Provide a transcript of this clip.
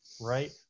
Right